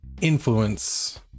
influence